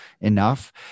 enough